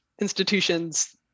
institutions